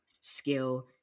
skill